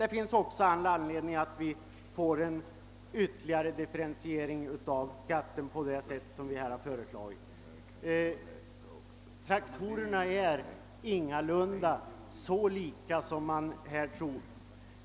Det finns också all anledning att göra en ytterligare differentiering av skatten på det sätt som vi här har föreslagit. Traktorerna är ingalunda så lika som man här tror.